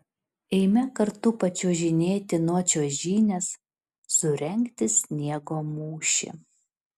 eime kartu pačiuožinėti nuo čiuožynės surengti sniego mūšį